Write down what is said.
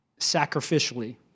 sacrificially